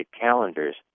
calendars